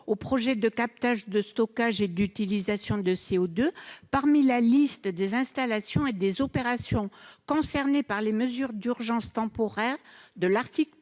aux projets de captage, de stockage et d'utilisation de CO2 dans la liste des installations et opérations concernées par les mesures d'urgence temporaires prévue à l'article